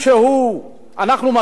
אנחנו מכירים אותו בעצם.